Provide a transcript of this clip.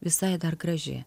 visai dar graži